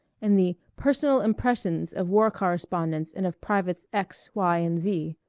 and the personal impressions of war correspondents and of privates x, y, and z.